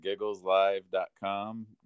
giggleslive.com